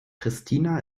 pristina